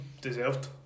deserved